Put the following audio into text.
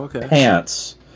pants